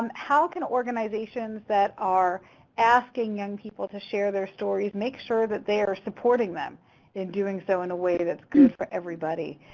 um how can organizations that are asking young people to share their stories make sure that they are supporting them in doing so in a way that's good for everybody?